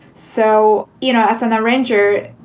so, you know, as an arranger,